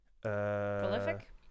Prolific